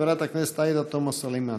חברת הכנסת עאידה תומא סלימאן.